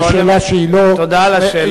זו שאלה שהיא לא נובעת,